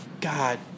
God